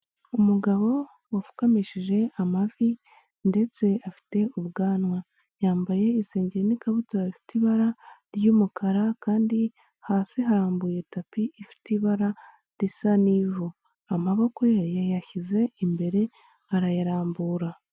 Umugabo wapfukamishije amavi ndetse afite ubwanwa, yambaye isengeri n'ikabutura ifite ibara ry'umukara kandi hasi harambuye tapi ifite ibara risa n'ivu amaboko ye yayashyize imbere arayarambura.